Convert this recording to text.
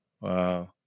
wow